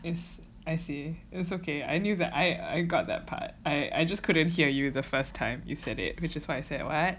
is I see it's okay I knew that I I got that part I I just couldn't hear you the first time you said it which is why I said what